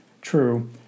True